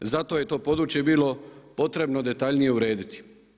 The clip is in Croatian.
Zato je to područje bilo potrebno detaljnije urediti.